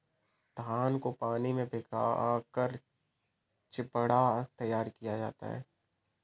धान को पानी में भिगाकर चिवड़ा तैयार किया जाता है